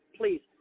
please